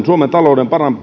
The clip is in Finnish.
suomen talouden